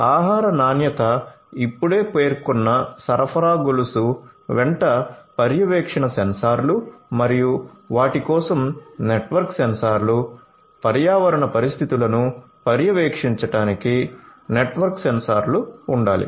ఆహార నాణ్యత ఇప్పుడే పేర్కొన్న సరఫరా గొలుసు వెంట పర్యవేక్షణ సెన్సార్లు మరియు వాటి కోసం నెట్వర్క్ సెన్సార్లు పర్యావరణ పరిస్థితులను పర్యవేక్షించడానికి నెట్వర్క్డ్ సెన్సార్లు ఉండాలి